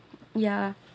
yeah